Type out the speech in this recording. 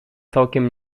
całkiem